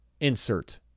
insert